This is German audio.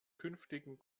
künftigen